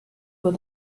with